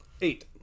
Eight